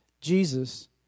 Jesus